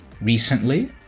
Recently